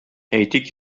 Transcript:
әйтик